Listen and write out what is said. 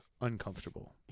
uncomfortable